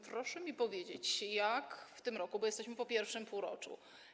Proszę mi powiedzieć, jak jest w tym roku, bo jesteśmy po pierwszym półroczu.